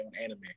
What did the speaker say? anime